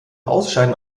ausscheiden